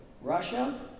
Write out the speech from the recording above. Russia